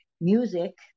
music